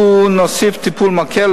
לו נוסיף טיפול מקל,